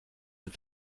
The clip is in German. ein